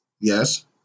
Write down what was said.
Yes